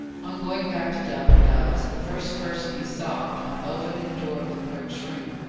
on going back to dove and dove's, the first person he saw, upon opening the door of the clerks' room,